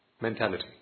mentality